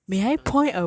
想当年